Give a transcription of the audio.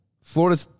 Florida